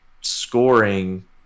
scoring